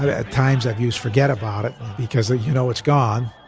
at times i've used, forget about it because you know it's gone.